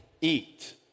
eat